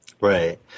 Right